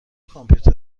کامپیوتر